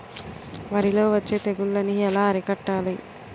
వరిలో వచ్చే తెగులని ఏలా అరికట్టాలి?